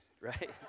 right